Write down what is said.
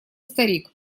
старик